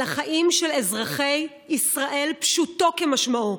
על החיים של אזרחי ישראל פשוטו כמשמעו,